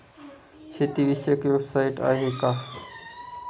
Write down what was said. शेतीविषयक वेबसाइट आहे का?